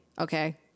Okay